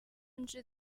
甚至